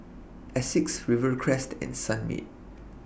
Asics Rivercrest and Sunmaid